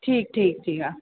ठीकु ठीकु ठीकु जी हा